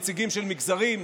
נציגים של מגזרים,